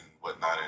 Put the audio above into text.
whatnot